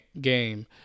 game